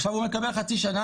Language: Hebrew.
עכשיו הוא מקבל חצי שנה,